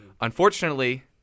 Unfortunately